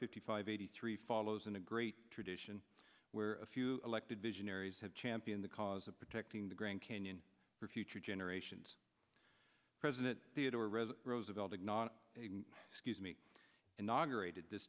fifty five eighty three follows in a great tradition where a few elected visionary have championed the cause of protecting the grand canyon for future generations president theodore as roosevelt did not scuse me inaugurated this